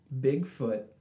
Bigfoot